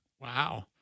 Wow